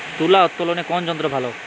তুলা উত্তোলনে কোন যন্ত্র ভালো?